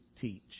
teach